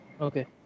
Okay